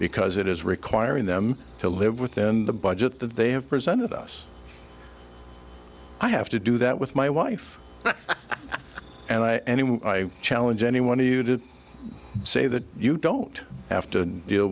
because it is requiring them to live within the budget that they have presented us i have to do that with my wife and i anyway i challenge anyone who did say that you don't have to deal